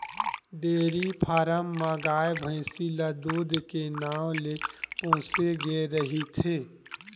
dairy farm म गाय, भइसी ल दूद के नांव ले पोसे गे रहिथे